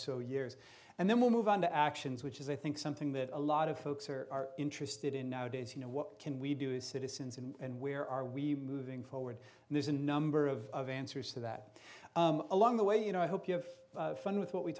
so years and then we'll move on to actions which is i think something that a lot of folks are interested in nowadays you know what can we do citizens and where are we moving forward and there's a number of of answers to that along the way you know i hope you have fun with what we